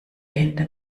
hinter